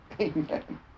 Amen